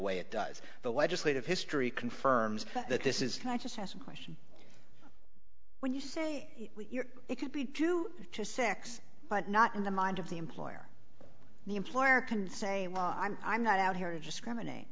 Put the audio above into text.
way it does the legislative history confirms that this is not just as a question when you say it could be due to sex but not in the mind of the employer the employer can say well i'm i'm not out here discriminate